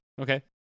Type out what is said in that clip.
Okay